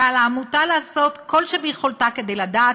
על העמותה לעשות כל שביכולתה כדי לדעת